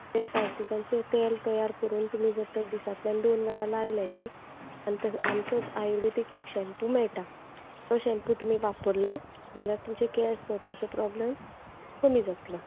ते स्पायसिसांचें तेल तयार करून तुमी जर तर दिसातल्यान दोन वेळा लायलें न्हय जाल त आमचो आयुर्वेदीक एक शँपू मेळटा तो शँपू तुमी वापरलो जाल्यार तुमचे केंस गळपाचो प्रॉब्लम कमी जातलो